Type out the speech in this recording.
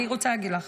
אני רוצה להגיד לך,